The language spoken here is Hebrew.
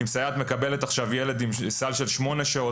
אם סייעת מקבלת עכשיו ילד עם סל של שמונה שעות,